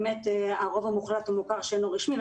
הרוב המוחלט הוא מוכר שאינו רשמי.